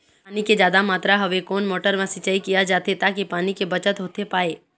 पानी के जादा मात्रा हवे कोन मोटर मा सिचाई किया जाथे ताकि पानी के बचत होथे पाए?